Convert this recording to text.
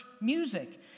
music